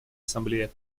ассамблея